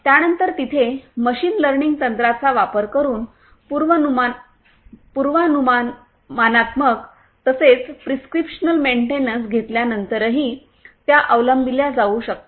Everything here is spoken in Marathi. त्यानंतर तिथे मशीन लर्निंग तंत्राचा वापर करून पूर्वानुमानात्मक तसेच प्रिस्क्रिप्शनल मेन्टेनन्स घेतल्यानंतरही त्या अवलंबिल्या जाऊ शकतात